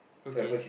okay